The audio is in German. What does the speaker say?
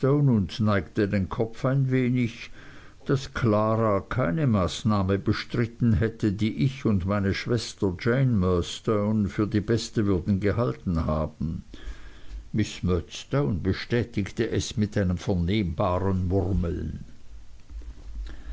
und neigte den kopf ein wenig daß klara keine maßnahme bestritten hätte die ich und meine schwester jane murdstone für die beste würden gehalten haben miß murdstone bestätigte es mit einem vernehmbaren murmeln